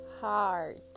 heart